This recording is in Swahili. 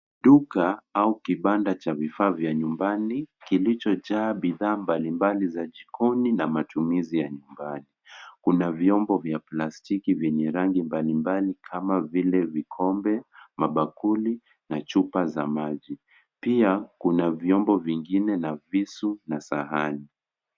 Duka au kibanda cha vifaa vya nyumbani, kilichojaa bidhaa mbalimbali za jikoni na matumizi ya nyumbani. Kuna vyombo vya plastiki vyenye rangi mbalimbali kama vile vikombe, mabakuli na chupa za maji. Pia, kuna vyombo vingine na visu na sahani.